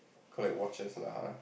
collect watches lah